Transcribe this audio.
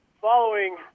Following